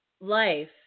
life